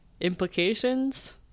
implications